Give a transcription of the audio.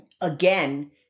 again